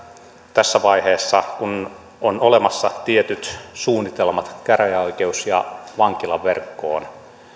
tässä vaiheessa kun on olemassa tietyt suunnitelmat käräjäoikeus ja vankilaverkkoon